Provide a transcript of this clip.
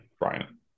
brian